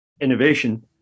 innovation